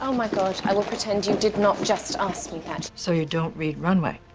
um my god. i will pretend you did not just ask me that. so you don't read runway?